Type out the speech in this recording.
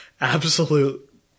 absolute